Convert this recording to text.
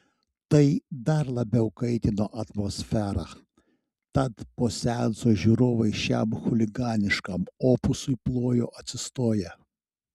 tai dar labiau kaitino atmosferą tad po seanso žiūrovai šiam chuliganiškam opusui plojo atsistoję